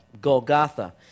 Golgotha